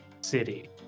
city